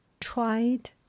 tried